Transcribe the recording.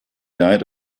died